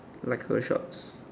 like her shorts